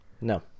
No